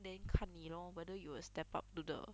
then 看你 lor whether you will step up to the